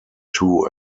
two